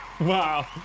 Wow